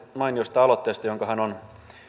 mainiosta aloitteesta jonka hän on